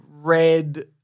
Red